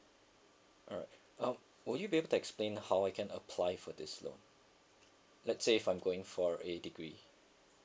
alright um would you be able to explain how I can apply for this loan let's say if I'm going for a degree